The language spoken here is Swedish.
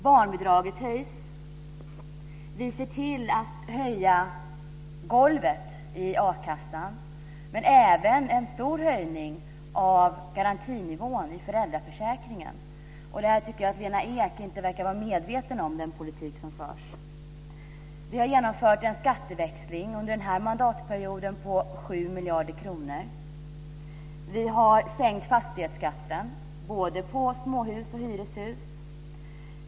Vi har sett till golvet i a-kassan höjs. Det sker också en stor höjning av garantinivån i föräldraförsäkringen. Här verkar det som att Lena Ek inte är medveten om den politik som förs. Vi har varit med om att genomföra en skatteväxling under den här mandatperioden med 7 miljarder kronor. Fastighetsskatten har sänkts både för småhus och för hyreshus.